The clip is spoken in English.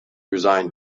resigned